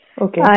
Okay